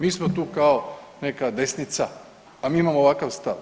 Mi smo tu kao neka desnica, a mi imamo ovakav stav.